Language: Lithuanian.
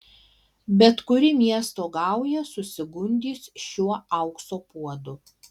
bet kuri miesto gauja susigundys šiuo aukso puodu